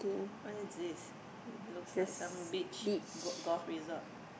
what is this looks like some beach golf resort